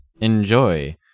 Enjoy